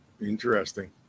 Interesting